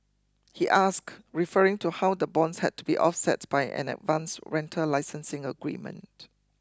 he asked referring to how the bonds had to be offset by an advance rental licensing agreement